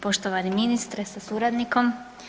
Poštovani ministre sa suradnikom.